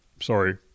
Sorry